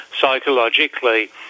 psychologically